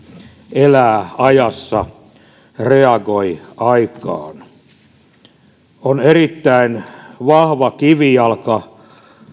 elää ajassa reagoi aikaan erittäin vahva kivijalka